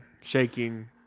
shaking